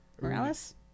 Morales